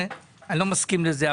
אני לא מקבל את הטיעון הזה.